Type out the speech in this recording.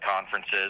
conferences